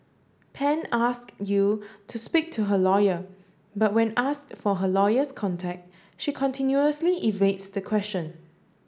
Pan asked Yew to speak to her lawyer but when asked for her lawyer's contact she continuously evades the question